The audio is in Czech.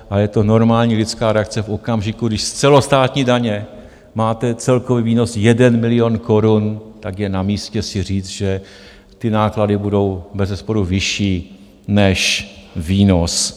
Ale je to normální lidská reakce v okamžiku, když z celostátní daně máte celkový výnos 1 milion korun, tak je na místě si říct, že ty náklady budou bezesporu vyšší než výnos.